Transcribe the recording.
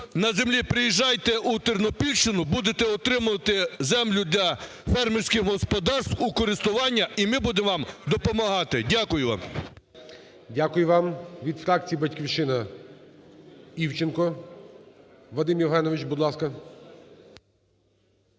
на землі, приїжджайте у Тернопільщину, будете отримувати землю для фермерських господарств у користування, і ми будемо вам допомагати. Дякую вам. ГОЛОВУЮЧИЙ. Дякую вам. Від фракції "Батьківщина" Івченко Вадим Євгенович, будь ласка.